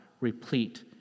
replete